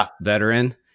veteran